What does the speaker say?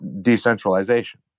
Decentralization